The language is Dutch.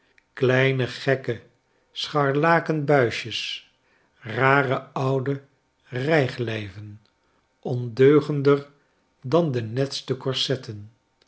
kleine gekke scharlaken buisjes rare oude rijglijven ondeugender dan de netste korsetten